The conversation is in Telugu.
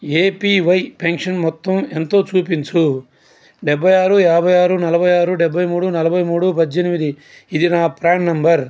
ఏపీవై పెన్షన్ మొత్తం ఎంతో చూపించు డెబ్భై ఆరు యాభై ఆరు నలభై ఆరు డెబ్భై మూడు నలభై మూడు పజ్జెనిమిది ఇది నా ప్రాన్ నెంబర్